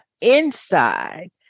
inside